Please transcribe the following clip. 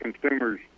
consumers